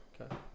Okay